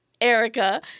Erica